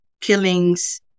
killings